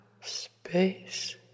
space